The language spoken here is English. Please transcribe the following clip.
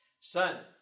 son